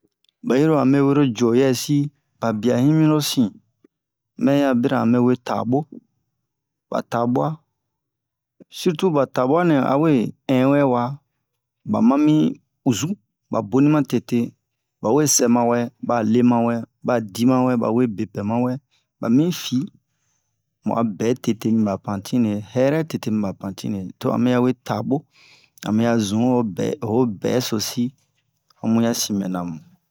Ba yiro a me wero juwa yɛsi ba biya himiro sin mɛ ya bira a me tabo ba tabuwa sirtu ba tabuwa nɛ a we in wɛwa ba ma mi uzu ba boni ma tete ba we sɛ ma wɛ ba le ma wɛ ba di ma wɛ ba we bepɛ ma wɛ ba mi fi mu a bɛn tete mi ba pantine yɛrɛ tete mi ba pantine to a me ya we tabo a me ya zun ho bɛ ho bɛn sosi amu ya sin mɛna mu